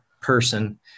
person